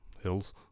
Hills